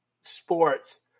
sports